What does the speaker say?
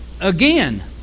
again